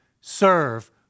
serve